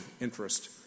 interest